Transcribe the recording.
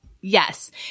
Yes